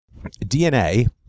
DNA